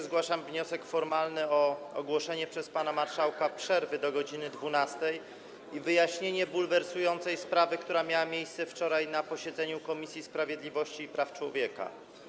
Zgłaszam wniosek formalny o ogłoszenie przez pana marszałka przerwy do godz. 12 i wyjaśnienie bulwersującej sprawy, która miała miejsce wczoraj na posiedzeniu Komisji Sprawiedliwości i Praw Człowieka.